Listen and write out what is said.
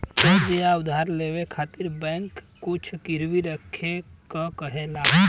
कर्ज़ या उधार लेवे खातिर बैंक कुछ गिरवी रखे क कहेला